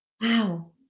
Wow